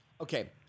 Okay